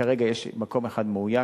כרגע יש מקום אחד מאויש.